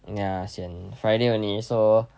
ya sian friday only so